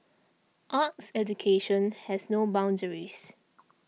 arts education has no boundaries